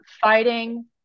Fighting